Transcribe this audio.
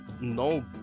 No